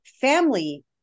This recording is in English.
family